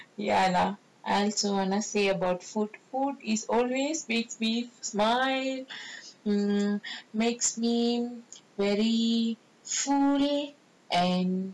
ya lah I also want to say about food food is always makes me smile makes me very foolish and